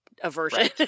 aversion